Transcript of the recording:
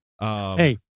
Hey